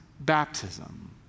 baptism